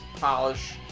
polish